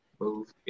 move